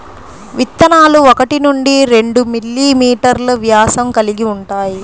విత్తనాలు ఒకటి నుండి రెండు మిల్లీమీటర్లు వ్యాసం కలిగి ఉంటాయి